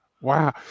Wow